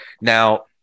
Now